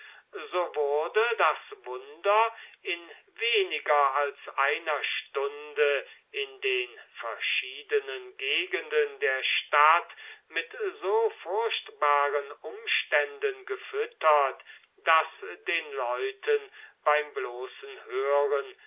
so wurde das wunder in weniger als einer stunde in den verschiedenen gegenden der stadt mit so furchtbaren umständen gefüttert daß den leuten beim bloßen hören